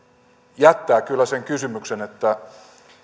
jättää kyllä sen kysymyksen